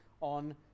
on